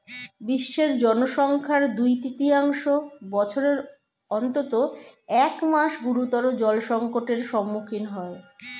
বিশ্বের জনসংখ্যার দুই তৃতীয়াংশ বছরের অন্তত এক মাস গুরুতর জলসংকটের সম্মুখীন হয়